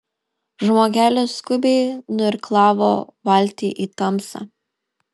žmogelis skubiai nuirklavo valtį į tamsą